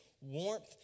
warmth